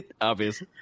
Obvious